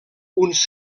uns